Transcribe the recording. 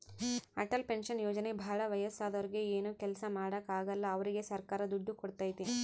Atal pension ಯೋಜನೆ ಭಾಳ ವಯಸ್ಸಾದೂರಿಗೆ ಏನು ಕೆಲ್ಸ ಮಾಡಾಕ ಆಗಲ್ಲ ಅವ್ರಿಗೆ ಸರ್ಕಾರ ದುಡ್ಡು ಕೋಡ್ತೈತಿ